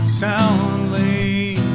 soundly